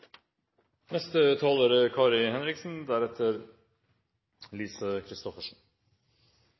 Neste taler er